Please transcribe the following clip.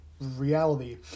reality